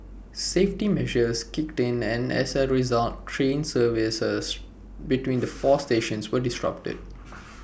safety measures kicked in and as A result train services between the four stations were disrupted